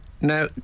Now